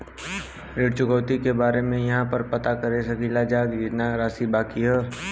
ऋण चुकौती के बारे इहाँ पर पता कर सकीला जा कि कितना राशि बाकी हैं?